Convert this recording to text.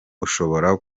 ushobora